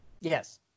Yes